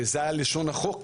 וזה היה לשון החוק,